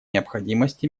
необходимости